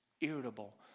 irritable